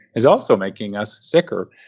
is also making us sicker.